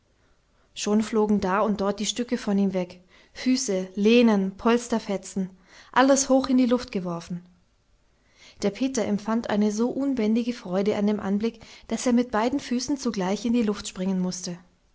schon flogen da und dort die stücke von ihm weg füße lehnen polsterfetzen alles hoch in die luft geworfen der peter empfand eine so unbändige freude an dem anblick daß er mit beiden füßen zugleich in die luft springen mußte